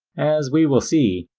as we will see,